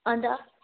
अनि त